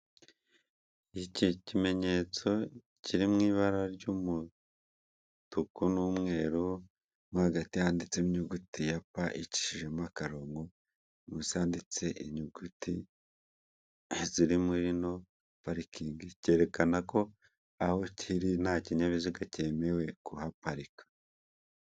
Iki kimenyetso kiri mu ibara ry'umutuku n'umweru, mo hagati handitse ya p icishijemo akarongo, munsi handitse inyuguti ziri muri ino parikingi, cyerekana ko aho kiri nta kinyabiziga cyemewe kuhaparika.